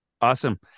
Awesome